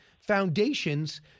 foundations